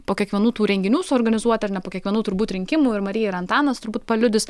po kiekvienų tų renginių suorganizuoti ar ne ir po kiekvienų turbūt rinkimų ir marija ir antanas turbūt paliudys